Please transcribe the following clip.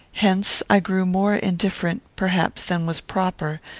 hence i grew more indifferent, perhaps, than was proper,